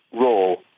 role